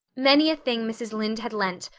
many a thing mrs. lynde had lent,